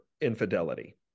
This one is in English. infidelity